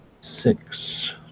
Six